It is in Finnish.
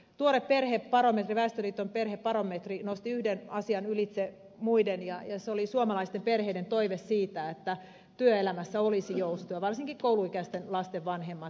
tuore väestöliiton perhebarometri nosti yhden asian ylitse muiden ja se oli suomalaisten perheiden toive siitä että työelämässä olisi joustoja varsinkin kouluikäisten lasten vanhempien toive